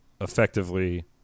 effectively